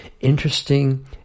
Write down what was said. interesting